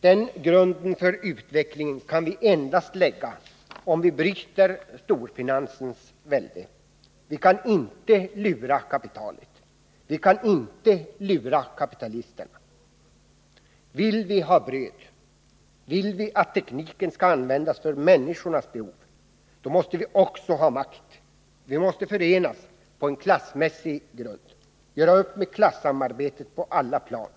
Den grunden för utvecklingen kan vi endast lägga om vi bryter storfinansens välde. Vi kan inte lura kapitalet. Vi kan inte lura kapitalisterna. Vill vi ha bröd, vill vi att tekniken skall användas för människornas behov, då måste vi också ha makt. Vi måste förenas på klassmässig grund. Vi måste göra upp med klassamarbetet på alla plan.